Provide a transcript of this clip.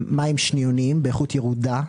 הם מים שניוניים, באיכות ירודה.